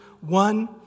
One